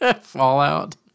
Fallout